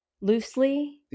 loosely